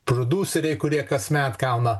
prodiuseriai kurie kasmet gauna